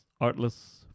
artless